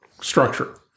structure